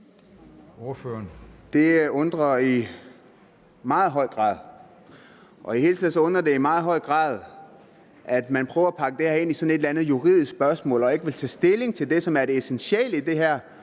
Det undrer mig i meget høj grad. I det hele taget undrer det mig i meget høj grad, at man prøver at pakke det her ind som sådan et eller andet juridisk spørgsmål og ikke vil tage stilling til det, der er det essentielle i det,